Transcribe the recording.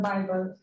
Bible